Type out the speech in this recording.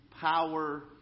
power